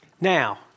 Now